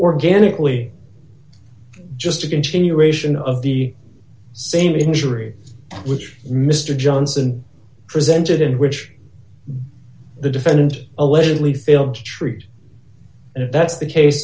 organically just a continuation of the same injury which mr johnson presented in which the defendant allegedly failed to treat and if that's the case